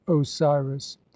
osiris